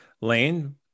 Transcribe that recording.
Lane